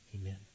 amen